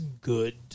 good